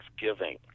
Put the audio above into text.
thanksgiving